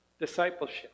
discipleship